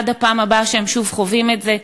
עד הפעם הבאה שהם שוב חווים את זה.